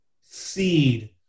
seed